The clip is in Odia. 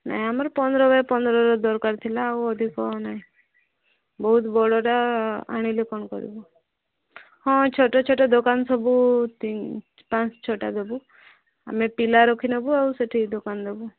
ନାଇଁ ଆମର ପନ୍ଦର ବାଇ ପନ୍ଦରର ଦରକାର ଥିଲା ଆଉ ଅଧିକ ନାଇଁ ବହୁତ ବଡ଼ଟା ଆଣିଲେ କ'ଣ କରିବୁ ହଁ ଛୋଟ ଛୋଟ ଦୋକାନ ସବୁ ପାଞ୍ଚ ଛଅଟା ଦେବୁ ଆମେ ପିଲା ରଖିନେବୁ ଆଉ ସେଠି ଦୋକାନ ନେବୁ